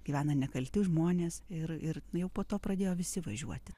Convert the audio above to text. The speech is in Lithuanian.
gyvena nekalti žmonės ir ir nu jau po to pradėjo visi važiuoti